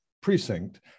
Precinct